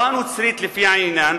או הנוצרית, לפי העניין,